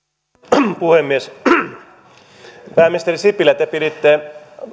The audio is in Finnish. arvoisa puhemies pääministeri sipilä te piditte